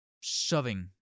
shoving